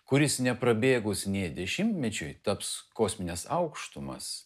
kuris neprabėgus nė dešimtmečiui taps kosmines aukštumas